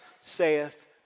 saith